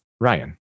Ryan